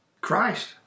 Christ